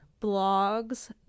blogs